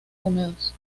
húmedos